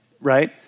right